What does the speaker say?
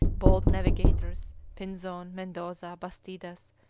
bold navigators, pinzon, mendoza, bastidas,